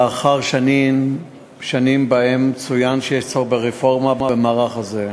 לאחר שנים שבהן צוין שיש צורך ברפורמה במערך הזה.